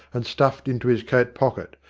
and stuffed into his coat pocket,